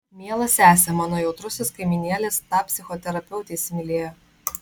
miela sese mano jautrusis kaimynėlis tą psichoterapeutę įsimylėjo